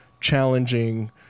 challenging